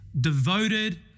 devoted